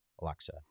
Alexa